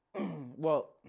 well-